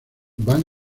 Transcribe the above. van